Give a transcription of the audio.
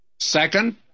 Second